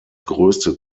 größte